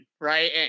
Right